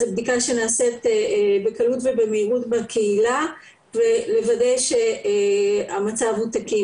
זו בדיקה שנעשית בקלות ובמהירות בקהילה ולוודא שהמצב הוא תקין.